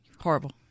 Horrible